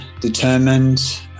determined